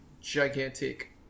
gigantic